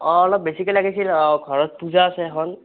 অ অলপ বেছিকৈ লাগিছিল অ ঘৰত পূজা আছে এখন